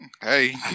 Hey